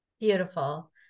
Beautiful